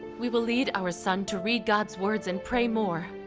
we will lead our son to read god's words and pray more,